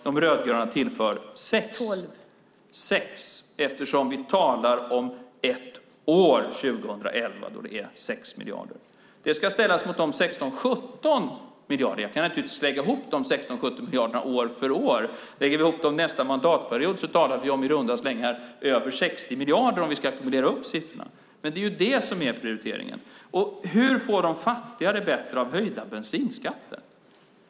De rödgröna tillför 6, eftersom vi talar om ett år, 2011, då det är 6 miljarder. Det ska ställas mot de 16-17 miljarderna. Jag kan naturligtvis lägga ihop de 16-17 miljarderna år för år. Lägger vi ihop dem nästa mandatperiod talar vi om i runda slängar över 60 miljarder, om vi ska ackumulera siffrorna. Men det är det som är prioriteringen. Hur får de fattigare det bättre av höjda bensinskatter?